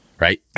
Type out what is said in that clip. right